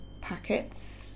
packets